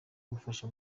kubafasha